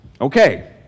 Okay